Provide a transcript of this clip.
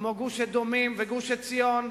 כמו גוש-אדומים וגוש-עציון,